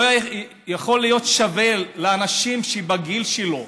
לא יכול להיות שווה לאנשים שבגיל שלו,